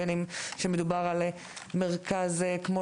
בין אם מדובר על מרכז כמו